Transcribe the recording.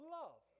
love